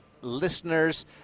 listeners